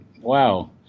wow